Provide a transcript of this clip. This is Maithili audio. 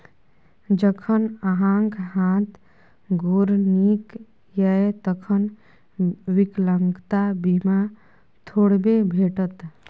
जखन अहाँक हाथ गोर नीक यै तखन विकलांगता बीमा थोड़बे भेटत?